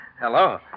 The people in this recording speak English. hello